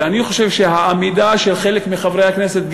ואני חושב שהעמידה של חלק מחברי הכנסת,